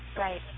Right